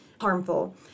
harmful